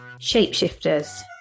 shapeshifters